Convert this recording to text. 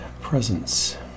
presence